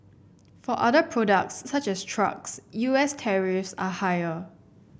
for other products such as trucks U S tariffs are higher